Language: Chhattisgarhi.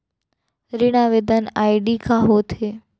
ऋण आवेदन आई.डी का होत हे?